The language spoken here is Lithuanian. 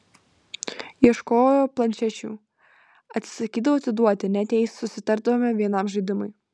ieškojo planšečių atsisakydavo atiduoti net jei susitardavome vienam žaidimui